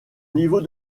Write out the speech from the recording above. niveau